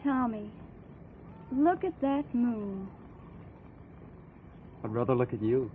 tell me look at that i rather look at you